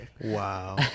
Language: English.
Wow